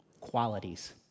qualities